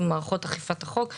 במערכת אכיפת החוק וכו'.